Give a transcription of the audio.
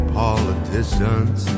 politicians